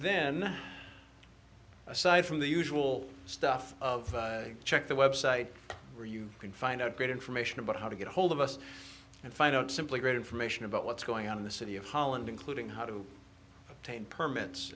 then aside from the usual stuff of check the website where you can find out great information about how to get ahold of us and find out simply great information about what's going on in the city of holland including how to attain permits